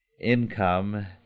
Income